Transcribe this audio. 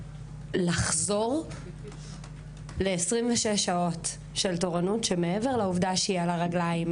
לחזור ל-26 שעות של תורנות שמעבר לעובדה שהיא על הרגליים,